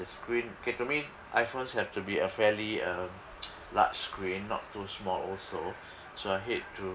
the screen okay to me iPhones have to be a fairly um large screen not too small also so I hate to